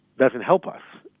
doesn't help us